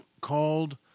called